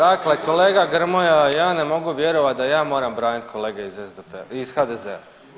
Dakle, kolega Grmoja ja ne mogu vjerovati da ja moram braniti kolege iz HDZ-a.